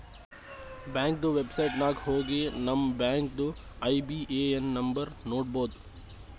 ಬ್ಯಾಂಕ್ದು ವೆಬ್ಸೈಟ್ ನಾಗ್ ಹೋಗಿ ನಮ್ ಬ್ಯಾಂಕ್ದು ಐ.ಬಿ.ಎ.ಎನ್ ನಂಬರ್ ನೋಡ್ಬೋದ್